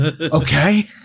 Okay